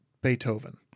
beethoven